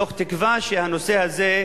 בתקווה שהנושא הזה,